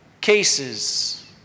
cases